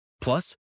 Plus